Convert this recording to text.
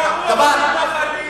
הגרוע שבמתנחלים,